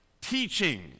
teaching